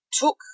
took